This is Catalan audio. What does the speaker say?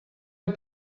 heu